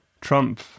Trump